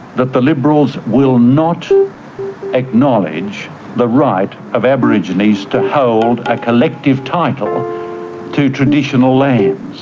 that the liberals will not acknowledge the right of aborigines to hold a collective title to traditional lands.